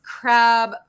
crab